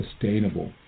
sustainable